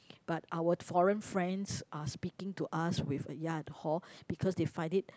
but our foreign friends are speaking to us with a ya and hor because they find it